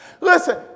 Listen